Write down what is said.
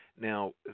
Now